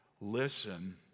Listen